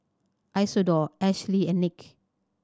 Isidore Ashlea and Nick